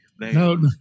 No